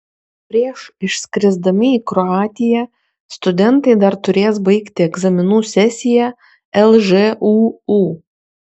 prieš išskrisdami į kroatiją studentai dar turės baigti egzaminų sesiją lžūu